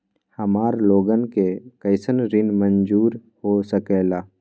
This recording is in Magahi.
हमार लोगन के कइसन ऋण मंजूर हो सकेला?